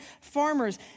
farmers